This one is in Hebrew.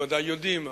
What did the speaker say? בוודאי יודעים,